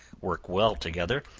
worked well together,